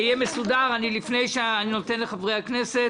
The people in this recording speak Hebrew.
לפני שאני נותן לחברי הכנסת